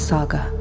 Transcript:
Saga